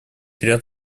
ряд